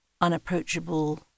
unapproachable